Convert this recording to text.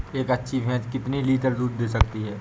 एक अच्छी भैंस कितनी लीटर दूध दे सकती है?